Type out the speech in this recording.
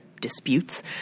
disputes